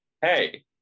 hey